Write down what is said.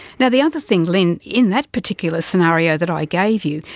now the other thing, lynne, in that particular scenario that i gave you,